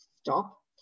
stop